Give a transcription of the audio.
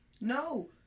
No